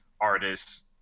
artists